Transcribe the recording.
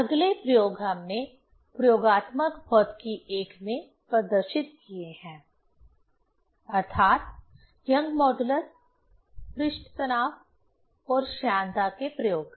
अगले प्रयोग हमने प्रयोगात्मक भौतिकी I में प्रदर्शित किए हैं अर्थात् यंग मॉड्यूलस पृष्ठ तनाव और श्यानता के प्रयोग